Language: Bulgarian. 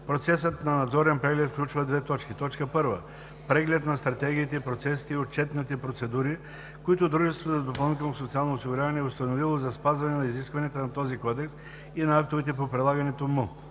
Процесът на надзорен преглед включва: 1. преглед на стратегиите, процесите и отчетните процедури, които дружеството за допълнително социално осигуряване е установило за спазване на изискванията на този кодекс и на актовете по прилагането му;